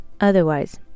Otherwise